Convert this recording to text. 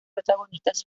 protagonistas